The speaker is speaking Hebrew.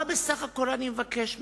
מה בסך הכול אני מבקש מכם?